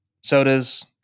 sodas